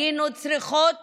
היינו צריכות